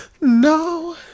No